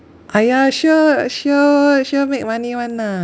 !aiya! sure sure sure make money one ah